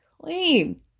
Clean